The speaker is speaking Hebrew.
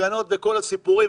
הפגנות וכל הסיפורים,